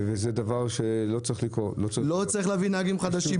לא צריך להביא נהגים חדשים.